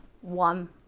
one